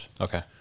Okay